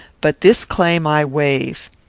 but this claim i waive.